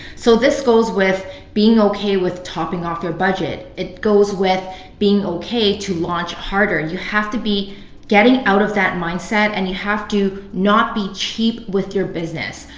so this goes with being okay topping off your budget, it goes with being okay to launch harder, you have to be getting out of that mindset and you have to not be cheap with your business.